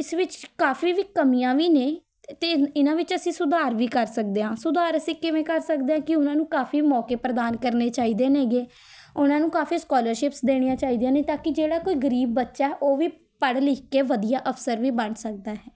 ਇਸ ਵਿੱਚ ਕਾਫੀ ਵੀ ਕਮੀਆਂ ਵੀ ਨੇ ਅਤੇ ਇਹਨਾਂ ਵਿੱਚ ਅਸੀਂ ਸੁਧਾਰ ਵੀ ਕਰ ਸਕਦੇ ਹਾਂ ਸੁਧਾਰ ਅਸੀਂ ਕਿਵੇਂ ਕਰ ਸਕਦੇ ਹਾਂ ਕਿ ਉਹਨਾਂ ਨੂੰ ਕਾਫੀ ਮੌਕੇ ਪ੍ਰਦਾਨ ਕਰਨੇ ਚਾਹੀਦੇ ਨੇਗੇ ਉਹਨਾਂ ਨੂੰ ਕਾਫੀ ਸਕੋਲਰਸ਼ਿਪਸ ਦੇਣੀਆਂ ਚਾਹੀਦੀਆਂ ਨੇ ਤਾਂ ਕਿ ਜਿਹੜਾ ਕੋਈ ਗਰੀਬ ਬੱਚਾ ਹੈ ਉਹ ਵੀ ਪੜ੍ਹ ਲਿਖ ਕੇ ਵਧੀਆ ਅਫਸਰ ਵੀ ਬਣ ਸਕਦਾ ਹੈ